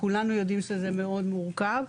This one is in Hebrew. כולנו יודעים שזה מאוד מורכב,